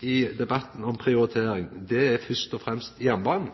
i debatten om prioritering, først og fremst er jernbanen.